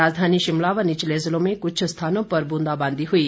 राजधानी शिमला व निचले जिलों में कुछ स्थानों पर ब्रंदाबांदी हुई